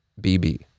BB